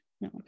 no